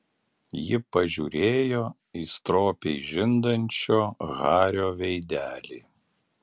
ji pažiūrėjo į stropiai žindančio hario veidelį